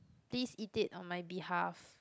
please eat it on my behalf